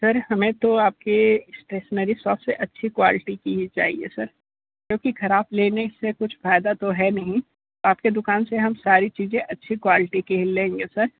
sir हमें तो आपके स्टेशनेरी शॉप से अच्छी क्वालिटी की ही चाहिए सर क्योंकि खराब लेने से कुछ फ़ायदा तो है नहीं आपके दुकान से हम सारी चीज़ें हम अच्छी क्वालिटी की ही लेंगे सर